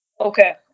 Okay